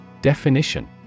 Definition